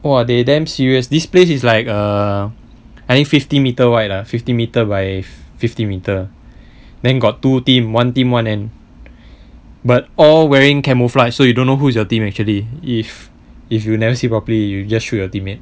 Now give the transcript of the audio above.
!wah! they damn serious this place is like err I think fifty meter wide ah fifty meter by fifty meter then got two team one team [one] and but all wearing camouflage so you don't know who is your team actually if if you will never see properly you just shoot your teammate